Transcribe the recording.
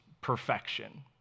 perfection